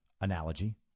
analogy